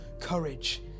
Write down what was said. courage